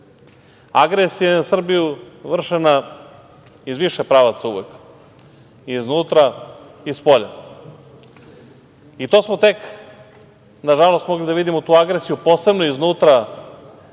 Agresija je na Srbiju vršena iz više pravaca uvek, iznutra i spolja. To smo tek nažalost mogli da vidimo tu agresiju posebno iznutra